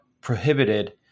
prohibited